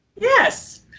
Yes